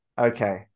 Okay